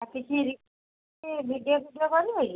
ଆଉ କିଛି ଭିଡ଼ିଓ ଫିଡ଼ିଓ କରିବ କି